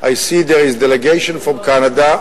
I see there is a delegation from Canada,